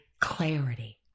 clarity